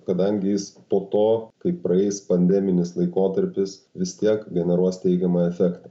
kadangi jis po to kai praeis pandeminis laikotarpis vis tiek generuos teigiamą efektą